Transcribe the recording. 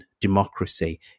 democracy